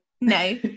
No